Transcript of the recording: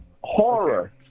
Horror